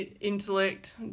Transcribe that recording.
intellect